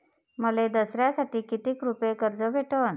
मले दसऱ्यासाठी कितीक रुपये कर्ज भेटन?